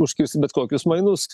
užkirsti bet kokius mainus